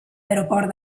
aeroport